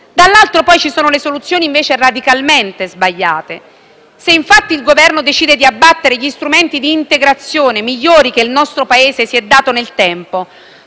Dall'altro poi ci sono le soluzioni invece radicalmente sbagliate. Se infatti il Governo decide di abbattere gli strumenti di integrazione migliori che il nostro Paese si è dato nel tempo,